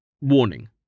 Warning